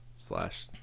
Slash